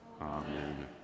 amen